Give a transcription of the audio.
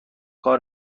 کار